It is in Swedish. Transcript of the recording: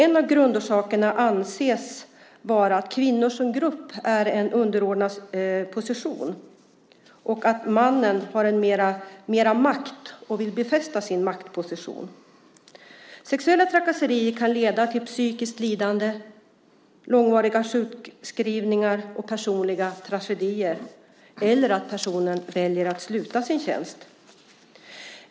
En av grundorsakerna anses vara att kvinnor som grupp är i en underordnad position och att mannen har mera makt och vill befästa sin maktposition. Sexuella trakasserier kan leda till psykiskt lidande, långvariga sjukskrivningar och personliga tragedier eller att personen väljer att sluta sin tjänst.